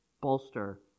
bolster